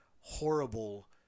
horrible